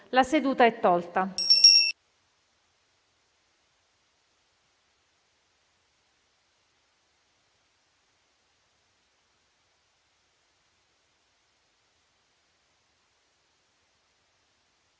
La seduta è tolta